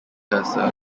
cursor